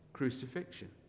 Crucifixion